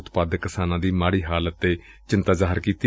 ਉਤਪਦਾਕ ਕਿਸਾਨਾਂ ਦੀ ਮਾੜੀ ਹਾਲਤ ਤੇ ਚਿੰਤਾ ਜ਼ਾਹਿਰ ਕੀਤੀ